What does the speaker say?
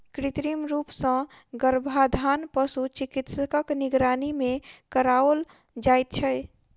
कृत्रिम रूप सॅ गर्भाधान पशु चिकित्सकक निगरानी मे कराओल जाइत छै